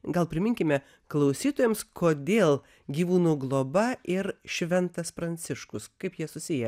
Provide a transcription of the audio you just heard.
gal priminkime klausytojams kodėl gyvūnų globa ir šventas pranciškus kaip jie susiję